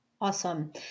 Awesome